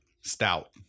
Stout